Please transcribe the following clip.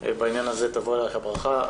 בעניין הזה תבוא עליך הברכה.